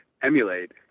emulate